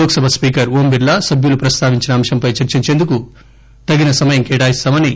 Lok Sabha speaker Om Birla సభ్యులు ప్రస్తావించిన అంశంపై చర్చించేందుకు తగిన సమయం కేటాయిస్తామని